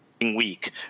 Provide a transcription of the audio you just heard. week